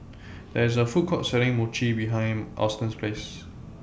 There IS A Food Court Selling Mochi behind Alston's House